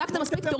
צעקת מספיק.